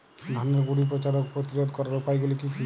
ধানের গুড়ি পচা রোগ প্রতিরোধ করার উপায়গুলি কি কি?